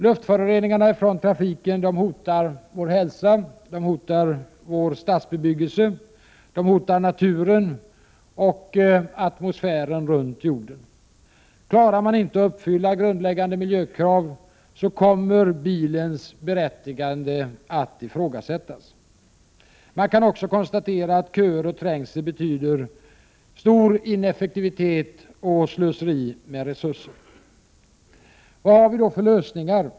Luftföroreningarna från trafiken hotar vår hälsa, vår stadsbebyggelse, vår natur och atmosfären runt jorden. Klarar man inte att uppfylla grundläggande miljökrav kommer bilens berättigande att ifrågasättas. Man kan också konstatera att köer och trängsel betyder stor ineffektivitet och slöseri med resurser. Vad har vi då för lösningar?